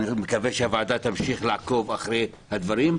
אני מקווה שהוועדה תמשיך לעקוב אחרי הדברים,